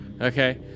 Okay